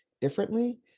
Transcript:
differently